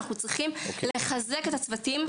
אנחנו צריכים לחזק את הצוותים.